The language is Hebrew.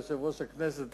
יושב-ראש הכנסת,